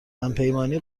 همپیمانی